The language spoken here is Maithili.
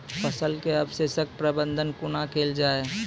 फसलक अवशेषक प्रबंधन कूना केल जाये?